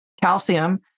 calcium